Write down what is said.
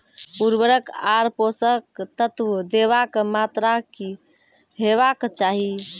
उर्वरक आर पोसक तत्व देवाक मात्राकी हेवाक चाही?